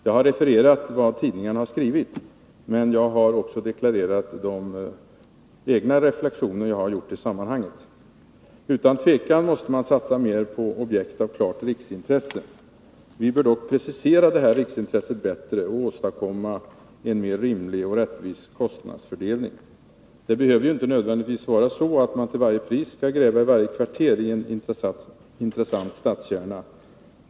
Jag har refererat vad 123 tidningarna har skrivit, men också deklarerat mina egna reflexioner. Utan tvivel måste man satsa mer på objekt av klart riksintresse. Vi bör dock precisera detta riksintresse bättre och åstadkomma en mer rimlig och rättvis kostnadsfördelning. Det behöver inte nödvändigtvis vara så, att man till varje pris skall gräva i varje kvarter i en intressant stadskärna.